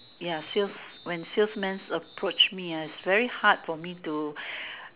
ya sales when sales man approach me ah it's very hard for me to